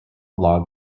log